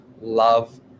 love